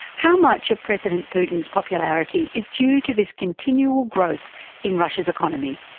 how much of president putin's popularity is due to this continual growth in russia's economy?